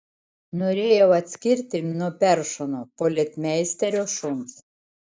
norėjau atskirti nuo peršono policmeisterio šuns